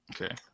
okay